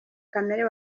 kamere